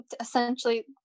essentially